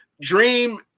Dream